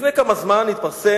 לפני כמה זמן התפרסם,